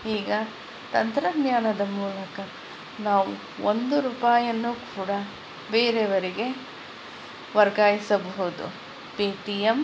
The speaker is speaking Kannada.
ಈಗ ತಂತ್ರಜ್ಞಾನದ ಮೂಲಕ ನಾವು ಒಂದು ರೂಪಾಯನ್ನು ಕೂಡ ಬೇರೆವರಿಗೆ ವರ್ಗಾಯಿಸಬಹುದು ಪೇಟಿಯಮ್